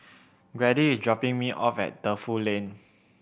Grady is dropping me off at Defu Lane